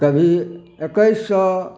कभी एक्कैस सए